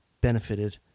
benefited